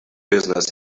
business